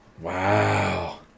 Wow